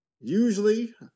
Usually